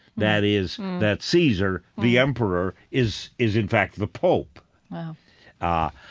that is that caesar the emperor is is in fact the pope wow ah,